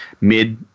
mid